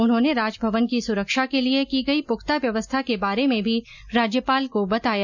उन्होने राजभवन की सुरक्षा के लिये की गई पुख्ता व्यवस्था के बारे में भी राज्यपाल को बताया